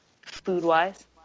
food-wise